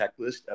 checklist